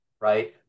right